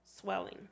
swelling